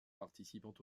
participant